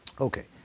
Okay